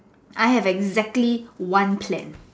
I have exactly one